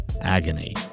agony